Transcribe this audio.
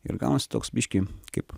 ir gaunasi toks biškį kaip